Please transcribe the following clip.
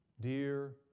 dear